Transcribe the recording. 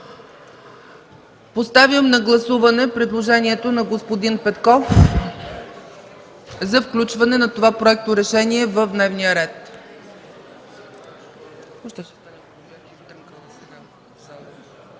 Поставям на гласуване предложението на господин Петков за включване на това проекторешение в дневния ред.